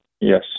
yes